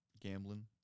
gambling